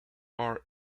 are